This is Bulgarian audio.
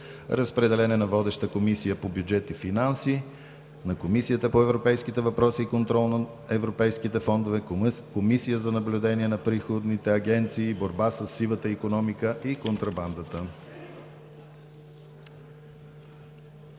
Разпределен е на: Комисия по бюджет и финанси – водеща, на Комисията по европейските въпроси и контрол над европейските фондове, Комисия за наблюдение на приходните агенции и борба със сивата икономика и контрабандата.